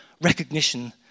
recognition